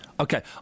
Okay